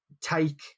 take